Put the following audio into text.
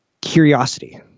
curiosity